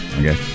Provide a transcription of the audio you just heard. Okay